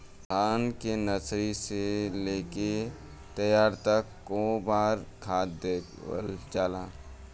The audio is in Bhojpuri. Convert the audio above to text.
धान के नर्सरी से लेके तैयारी तक कौ बार खाद दहल जाला?